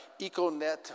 Econet